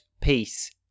peace